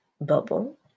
bubble